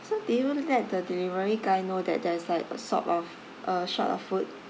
so did you let the delivery guy know that there is like uh sort of uh short of food